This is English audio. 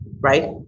right